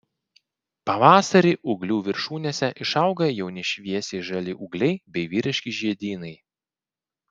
pavasarį ūglių viršūnėse išauga jauni šviesiai žali ūgliai bei vyriški žiedynai